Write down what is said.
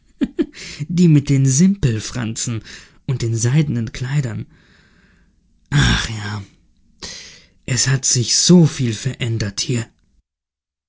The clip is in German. die mit den simpelfranzen und den seidenen kleidern ach ja es hat sich viel verändert